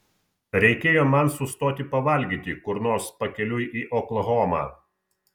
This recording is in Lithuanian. reikėjo man sustoti pavalgyti kur nors pakeliui į oklahomą